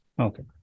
Okay